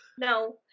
No